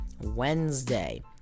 Wednesday